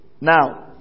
Now